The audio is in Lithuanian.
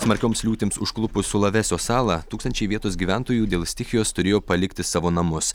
smarkioms liūtims užklupus sulavesio salą tūkstančiai vietos gyventojų dėl stichijos turėjo palikti savo namus